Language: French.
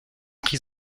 pris